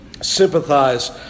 sympathize